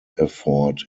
effort